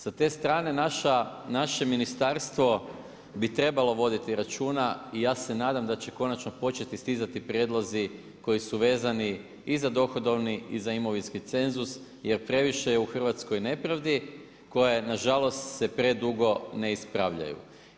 Sa te strane naše ministarstvo bi trebalo voditi računa i ja se nadam da će konačno početi stizati prijedlozi koji su vezani i za dohodovni i za imovinski cenzus jer previše je u Hrvatskoj nepravdi koje nažalost se predugo ne ispravljaju.